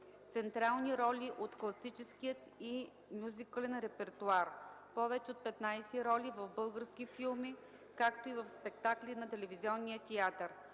централни роли от класическия и мюзикълен репертоар, повече от 15 роли в български филми, както и в спектакли на Телевизионния театър.